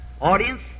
Audience